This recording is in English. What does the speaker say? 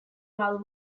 while